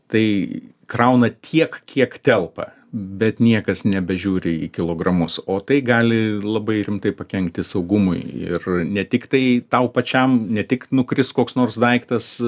tai krauna tiek kiek telpa bet niekas nebežiūri į kilogramus o tai gali labai rimtai pakenkti saugumui ir ne tik tai tau pačiam ne tik nukris koks nors daiktas